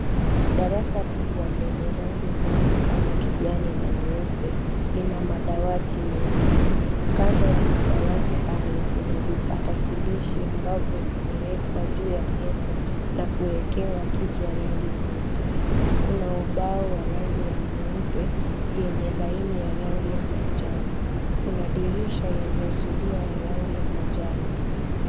Darasa kubwa lenye rangi nyingi kama kijani na nyeupe lina madawati mengi, kando ya madawati hayo, kuna vipatakilishi ambavyo vimeekwa juu ya meza na kuwekewa kiti ya rangi nyeupe, kuna ubao wa rangi wa nyeupe yenye laini ya rangi ya manjano, kuna dirisha yenye zulia ya rangi ya manjano.